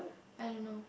I don't know